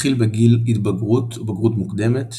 מתחיל בגיל התבגרות או בגרות מוקדמת,